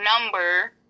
number